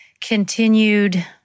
Continued